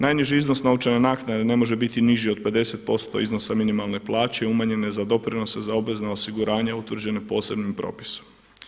Najniži iznos novčane naknade ne može biti niži od 50% iznosa minimalne plaće i umanjenje za doprinose za obvezna osiguranja utvrđene posebnim propisom.